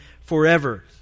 forever